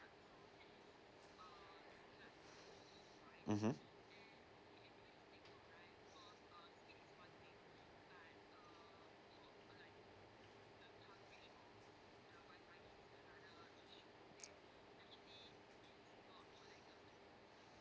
mmhmm